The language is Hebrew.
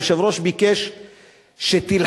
היושב-ראש ביקש שתלחש,